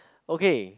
okay